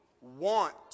want